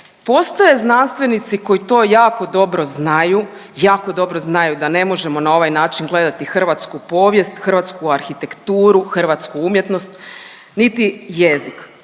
postoje znanstvenici koji to jako dobro znaju, jako dobro znaju da ne možemo na ovaj način gledati hrvatsku povijest, hrvatsku arhitekturu, hrvatsku umjetnost, niti jezik.